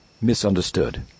misunderstood